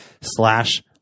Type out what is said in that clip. slash